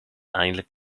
eindelijk